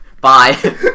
Bye